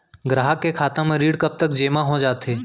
ग्राहक के खाता म ऋण कब तक जेमा हो जाथे?